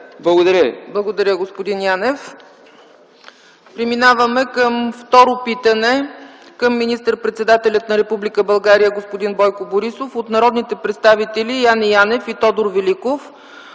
Благодаря Ви, господин Янев. Преминаваме към второ питане към министър-председателя на Република България господин Бойко Борисов от народните представители Яне Янев и Тодор Великов